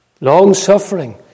long-suffering